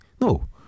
No